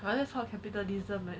but that's how capitalism that